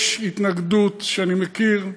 יש התנגדות שאני מכיר,